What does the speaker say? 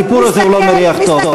זה לא מריח טוב.